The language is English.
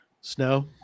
snow